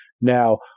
Now